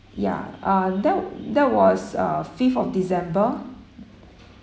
ya ah that that was uh fifth of december